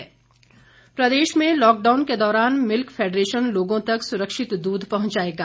milk federation प्रदेश में lockdown के दौरान मिल्क फैडरेशन लोगों तक सुरक्षित दूध पहुंचाएगा